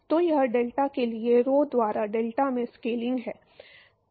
तो यह डेल्टा के लिए rho द्वारा डेल्टा में स्केलिंग है